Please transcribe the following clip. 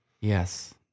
Yes